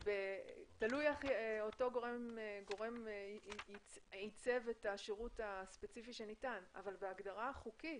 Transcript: תלוי איך אותו גורם עיצב את השירות הספציפי שניתן אבל בהגדרה החוקית,